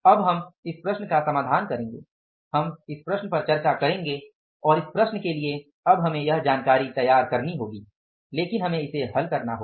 अब हम इस प्रश्न का समाधान करेंगे हम इस प्रश्न पर चर्चा करेंगे और इस प्रश्न के लिए अब हमें यह जानकारी तैयार करनी होगी लेकिन हमें इसे हल करना होगा